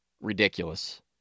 ridiculous